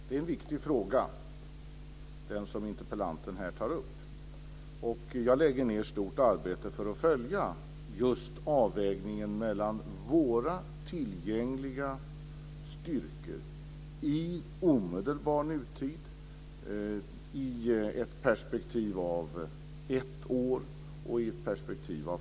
Herr talman! Det är en viktig fråga som interpellanten här tar upp. Jag lägger ned ett stort arbete på att följa avvägningen mellan våra tillgängliga styrkor i omedelbar nutid i ett års perspektiv och i fem års perspektiv.